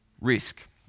Risk